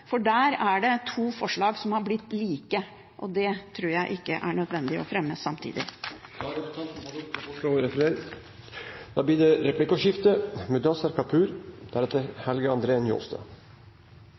for der er det snakk om to forslag som har blitt like, og det tror jeg ikke er nødvendig å fremme samtidig. Da har representanten Karin Andersen tatt opp de forslagene hun refererte til. Det blir replikkordskifte.